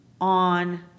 on